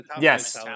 Yes